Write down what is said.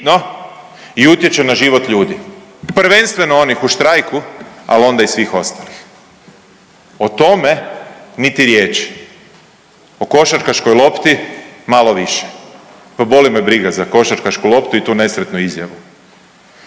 i utječe na život ljudi, prvenstveno onih u štrajku, al onda i svih ostalih, o tome niti riječi, o košarkaškoj lopti malo više, pa boli me briga za košarkašku loptu i tu nesretnu izjavu.